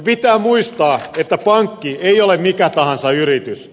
pitää muistaa että pankki ei ole mikä tahansa yritys